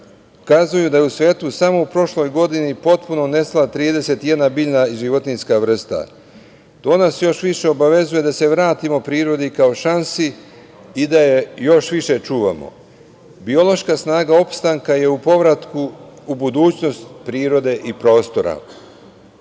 kazuju da je u svetu samo u prošloj godini potpuno nestala 31 biljna i životinjska vrsta. To nas još više obavezuje da se vratimo prirodi kao šansi i da je još više čuvamo. Biološka snaga opstanka je u povratku u budućnost prirode i prostora. Srbija